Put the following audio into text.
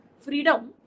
freedom